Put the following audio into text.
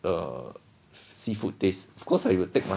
err seafood taste of course I you will take mah